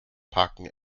parken